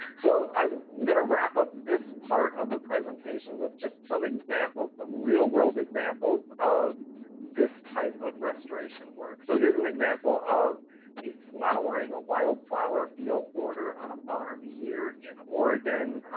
so i'm going to wrap up this part of the presentation with just some examples, real world examples, of this type of restoration work. so here's an example of a flowering, a wildflower field border on a farm here in oregon,